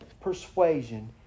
persuasion